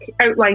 outline